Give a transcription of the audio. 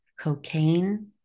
cocaine